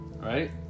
Right